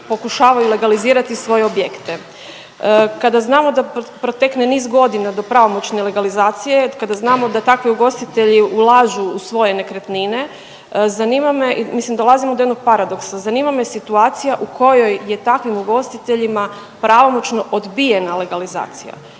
pokušavaju legalizirati svoje objekte. Kada znamo da protekne niz godina do pravomoćne legalizacije, kada znamo da takvi ugostitelji ulažu u svoje nekretnine, zanima me mislim dolazimo do jednog paradoksa, zanima me situacija u kojoj je takvim ugostiteljima pravomoćno obijena legalizacija.